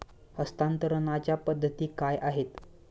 हस्तांतरणाच्या पद्धती काय आहेत?